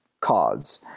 cause